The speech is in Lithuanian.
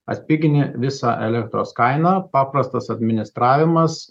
atpigini visą elektros kaina paprastas administravimas